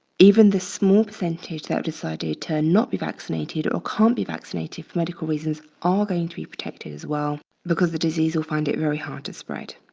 even the small percentage that decided to not be vaccinated or can't be vaccinated for medical reasons are going to be protected as well because the disease will find it very hard to spread.